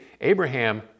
Abraham